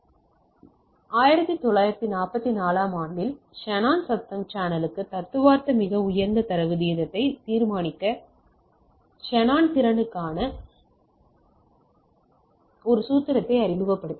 1944 ஆம் ஆண்டில் ஷானன் சத்தம் சேனலுக்கான தத்துவார்த்த மிக உயர்ந்த தரவு வீதத்தை தீர்மானிக்க ஷானன் திறனுக்கான ஒரு சூத்திரத்தை அறிமுகப்படுத்தினார்